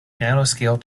nanoscale